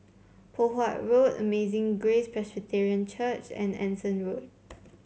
Poh Huat Road Amazing Grace Presbyterian Church and Anson Road